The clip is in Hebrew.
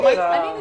אנחנו